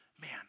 Man